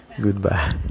Goodbye